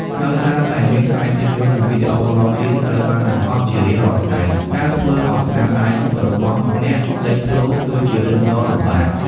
ដោយសារតែមានខ្សែភាពយន្តនិងវីដេអូរាប់លានត្រូវបានបង្ហោះជារៀងរាល់ថ្ងៃ ការធ្វើឱ្យស្នាដៃរបស់អ្នកលេចធ្លោរគឺជារឿងដ៏លំបាក។